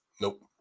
Nope